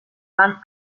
van